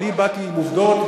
אני באתי עם עובדות,